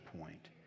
point